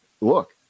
look